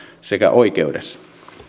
sekä oikeudessa